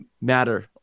matter